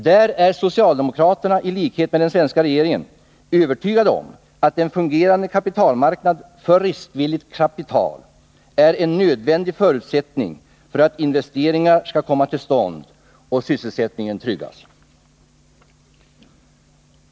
Där är socialdemokrater i likhet med svenska regeringen övertygade om att en fungerande marknad för riskvilligt kapital är en nödvändig förutsättning för att investeringar skall komma till stånd och sysselsättningen tryggas.